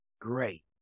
Great